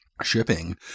shipping